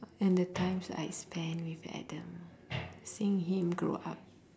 and the times that I spend with adam seeing him grow up